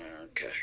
Okay